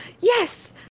Yes